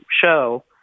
show